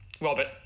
Robert